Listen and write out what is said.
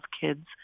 kids